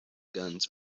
guns